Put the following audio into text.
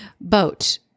boat